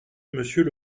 monsieur